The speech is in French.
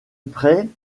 prêt